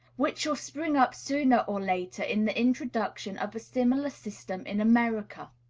which shall spring up sooner or later in the introduction of a similar system in america.